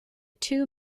two